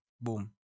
boom